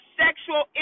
sexual